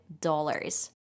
dollars